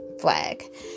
flag